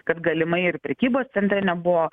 kad galimai ir prekybos centre nebuvo